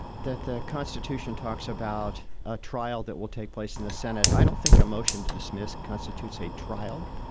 that the constitution talks about a trial that will take place in the senate. i don't think a motion to dismiss constitutes a trial.